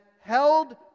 held